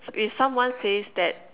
if someone says that